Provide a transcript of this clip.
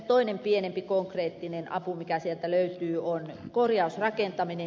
toinen pienempi konkreettinen apu mikä sieltä löytyy on korjausrakentaminen